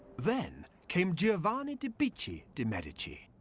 then came giovanni di bicci de' medici.